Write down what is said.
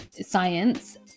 science